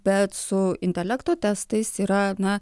bet su intelekto testais yra na